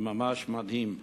וזה ממש מדהים.